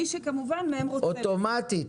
מי שכמובן --- אוטומטית?